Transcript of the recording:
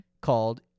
called